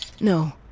No